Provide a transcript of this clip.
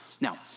Now